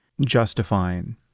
justifying